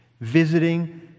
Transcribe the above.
visiting